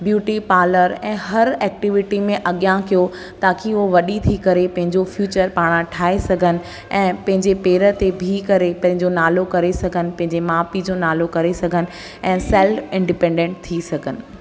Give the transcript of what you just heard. beauty parlour ऐं हर activity में अॻियां कयो ताकी उहो वॾी थी करे पंहिंजो फ्यूचर पाण ठाहे सघनि ऐं पंहिंजे पेरनि ते बीही करे पंहिंजो नालो करे सघनि पंहिंजे माउ पीउ जो नालो करे सघनि ऐं सैल्फ इंडिपैन्डैंट थी सघनि